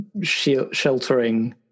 sheltering